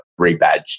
rebadged